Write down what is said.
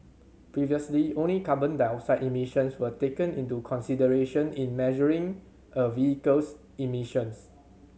previously only carbon dioxide emissions were taken into consideration in measuring a vehicle's emissions